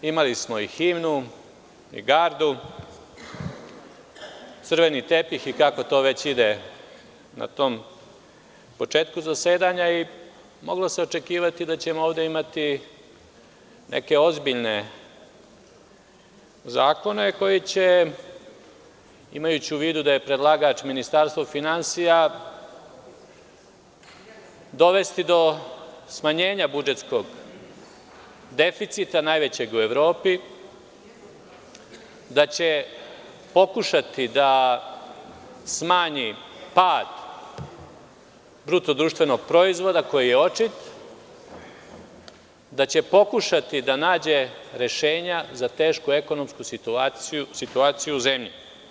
Imali smo i himnu, gardu, crveni tepih, kako to već ide na početku zasedanja, i moglo se očekivati da ćemo ovde imati neke ozbiljne zakone koji će, imajući u vidu da je predlagač Ministarstvo finansija, dovesti do smanjenja budžetskog deficita, najvećeg u Evropi, da će pokušati da smanji pad BDP koji je očit, da će pokušati da nađe rešenja za tešku ekonomsku situaciju u zemlji.